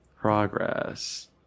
progress